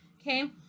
okay